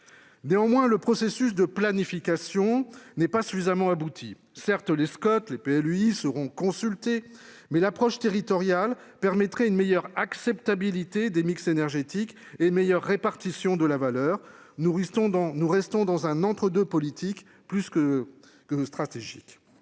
Néanmoins, le processus de planification n'est pas suffisamment aboutis certes les Scott les PLU ils seront consultés mais l'approche territoriale permettrait une meilleure acceptabilité des mix énergétique et meilleure répartition de la valeur. Nous restons dans nous restons dans un entre-deux politique plus que que